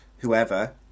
whoever